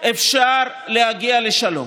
אפשר להגיע לשלום.